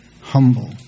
Humble